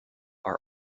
are